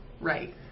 Right